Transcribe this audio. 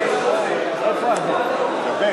מכבד